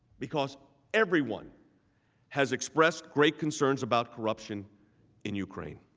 because everyone has expressed great concerns about corruption in ukraine.